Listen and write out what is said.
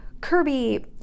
Kirby